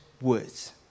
words